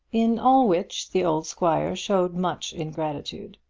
in all which the old squire showed much ingratitude.